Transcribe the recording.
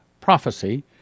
prophecy